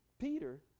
Peter